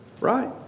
right